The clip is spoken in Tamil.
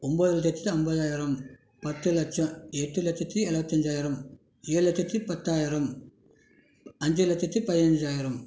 ஒம்பது லட்சத்து ஐம்பதாயிரம் பத்து லட்சம் எட்டு லட்சத்து எழுபத்தஞ்சாயிரம் ஏழு லட்சத்து பத்தாயிரம் அஞ்சு லட்சத்து பதினஞ்சாயிரம்